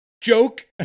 joke